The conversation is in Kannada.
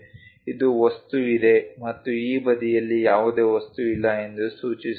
ಇದು ವಸ್ತು ಇದೆ ಮತ್ತು ಈ ಬದಿಯಲ್ಲಿ ಯಾವುದೇ ವಸ್ತು ಇಲ್ಲ ಎಂದು ಸೂಚಿಸುತ್ತದೆ